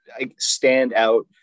standout